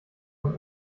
man